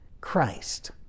Christ